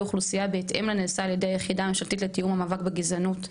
אוכלוסייה בהתאם לנעשה על ידי היחידה הממשלתית לתיאום המאבק בגזענות.